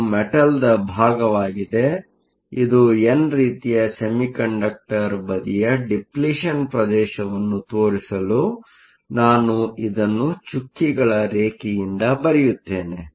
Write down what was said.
ಇದು ಮೆಟಲ್ನ ಭಾಗವಾಗಿದೆ ಇದು ಎನ್ ರೀತಿಯ ಸೆಮಿಕಂಡಕ್ಟರ್ ಬದಿಯ ಡಿಪ್ಲಿಷನ್Depletion ಪ್ರದೇಶವನ್ನು ತೋರಿಸಲು ನಾನು ಇದನ್ನು ಚುಕ್ಕಿಗಳ ರೇಖೆಯಿಂದ ಬರೆಯುತ್ತೇನೆ